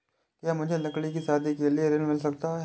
क्या मुझे लडकी की शादी के लिए ऋण मिल सकता है?